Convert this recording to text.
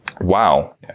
Wow